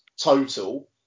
total